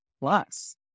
plus